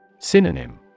Synonym